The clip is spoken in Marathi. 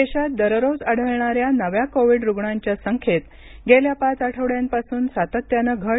देशात दररोज आढळणाऱ्या नव्या कोविड रुग्णांच्या संख्येत गेल्या पाच आठवड्यांपासून सातत्यानं घट